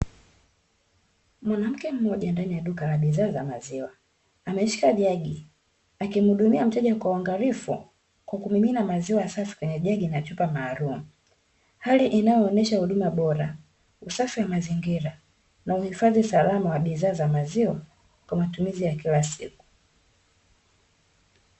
Mwanamke mmoja ndani ya duka la bidhaa za maziwa ameshika jagi akimuhudmia mteja kwa uangalifu kwa kumimina maziwa safi kwenye jagi na chupa maalumu. Hali inayoonyesha huduma bora, usafi wa mazingira na uhifadhi salama bidhaa za maziwa kwa matumizi ya kila siku.